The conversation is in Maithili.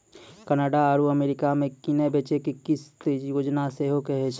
कनाडा आरु अमेरिका मे किनै बेचै के किस्त योजना सेहो कहै छै